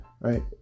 right